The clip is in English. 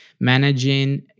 managing